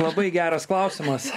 labai geras klausimas